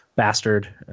bastard